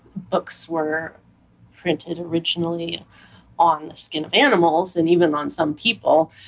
books were printed originally on the skin of animals and even on some people,